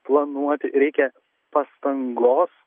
planuoti reikia pastangos